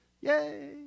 yay